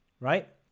right